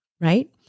right